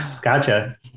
Gotcha